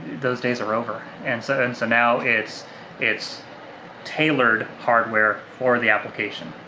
those days are over. and so and so now it's it's tailored hardware for the application.